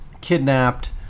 kidnapped